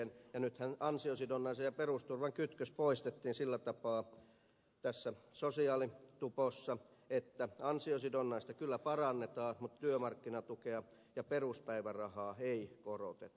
nythän ansio sidonnaisen ja perusturvan kytkös poistettiin sillä tapaa tässä sosiaalitupossa että ansiosidonnaista kyllä parannetaan mutta työmarkkinatukea ja peruspäivärahaa ei koroteta